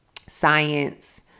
science